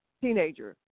teenager